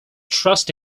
trust